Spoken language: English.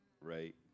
right